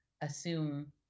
assume